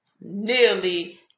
nearly